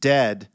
Dead